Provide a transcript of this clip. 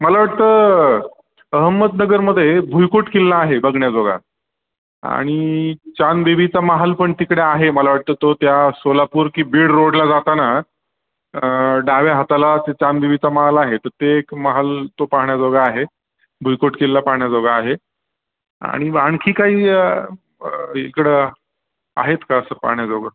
मला वाटतं अहमदनगरमध्ये भुईकोट किल्ला आहे बघण्याजोगा आणि चाँदबिबीचा महाल पण तिकडं आहे मला वाटतं तो त्या सोलापूर की बीड रोडला जाताना डाव्या हाताला ते चाँदबिबीचा महाल आहे तर ते एक महाल तो पाहण्याजोगा आहे भुईकोट किल्ला पाहण्याजोगा आहे आणि बा आणखी काही इकडं आहेत का असं पाहण्याजोगं